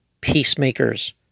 peacemakers